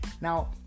Now